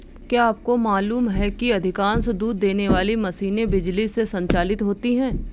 क्या आपको मालूम है कि अधिकांश दूध देने वाली मशीनें बिजली से संचालित होती हैं?